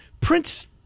Prince